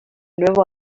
nuevo